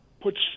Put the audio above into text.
puts